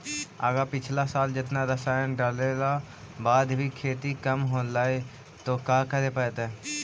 अगर पिछला साल जेतना रासायन डालेला बाद भी खेती कम होलइ तो का करे पड़तई?